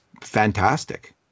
fantastic